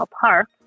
Park